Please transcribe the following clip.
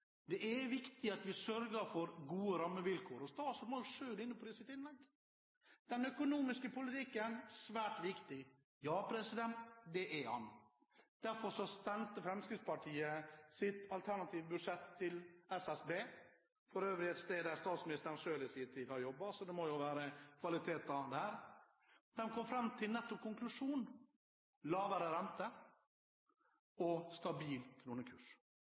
Det er viktig at vi sørger for gode rammevilkår. Statsråden var jo selv inne på i sitt innlegg at den økonomiske politikken er svært viktig. Ja, det er den. Derfor sendte Fremskrittspartiet sitt alternative budsjett til Statistisk sentralbyrå, for øvrig et sted der statsministeren selv i sin tid jobbet, så det må jo være kvaliteter der. De kom fram til en konklusjon: lavere rente og stabil kronekurs.